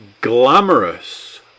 glamorous